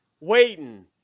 waiting